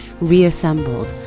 reassembled